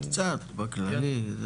קצת, בכללי.